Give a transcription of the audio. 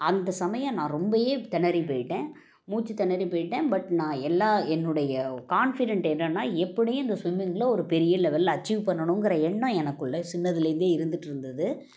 அந்த சமயம் நான் ரொம்பயே திணறி போயிவிட்டேன் மூச்சு திணறி போயிவிட்டேன் பட் நான் எல்லா என்னுடைய கான்ஃபிடெண்ட் என்னென்னா எப்படியும் இந்த ஸ்விமிங்கில ஒரு பெரிய லெவலில் அச்சீவ் பண்ணணுங்கிற எண்ணம் எனக்குள்ளே சின்னதுலேருந்தே இருந்துகிட்டுருந்துது